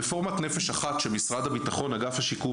רפורמת נפש אחת שאגף השיקום במשרד הביטחון